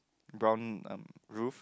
brown um roof